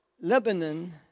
Lebanon